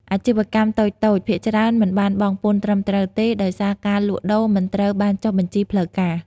អាជីវកម្មតូចៗភាគច្រើនមិនបានបង់ពន្ធត្រឹមត្រូវទេ ដោយសារការលក់ដូរមិនត្រូវបានចុះបញ្ជីផ្លូវការ។